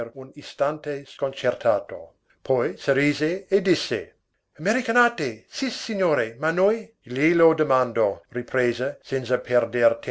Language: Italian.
un istante sconcertato poi sorrise e disse americanate sissignore ma noi glielo domando riprese senza perder